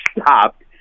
stopped